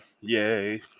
Yay